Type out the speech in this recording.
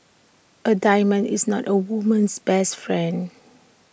A diamond is not A woman's best friend